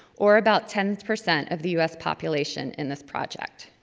or about ten percent of the u s. population in this project.